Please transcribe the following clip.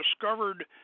discovered